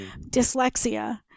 Dyslexia